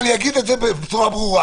אני אגיד את זה בצורה ברורה